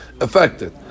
affected